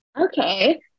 Okay